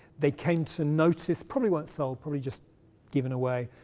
they came to notice, probably weren't sold, probably just given away,